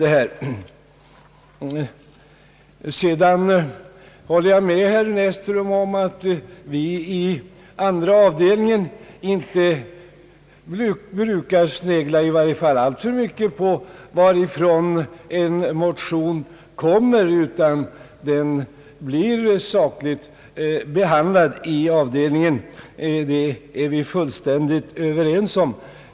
Jag håller med herr Näsström om att vi i andra avdelningen inte brukar snegla — i varje fall inte alltför mycket — på varifrån en motion kommer, utan den blir sakligt behandlad i avdelningen. Det är vi fullständigt överens om.